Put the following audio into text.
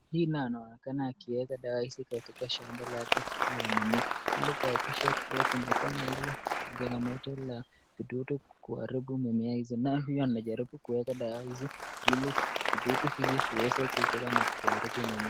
Hii nayo anaonekana kuweka dawa hizi katika shamba lake la mimea ili kuhakikisha kuwa kumekuwa na ile changamoto ya vidudu kuharibu mimea hizo nye huyu amejaribu kuweka dawa hizi ili vidudu hivi viweze kuharibiwa na kutoweza kuharibu mimea.